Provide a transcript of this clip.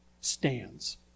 stands